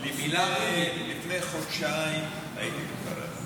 --- לפני חודשיים הייתי בכפר אתא.